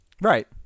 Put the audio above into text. right